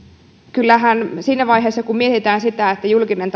kyllähän siinä vaiheessa kun mietitään sitä että julkinen